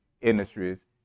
industries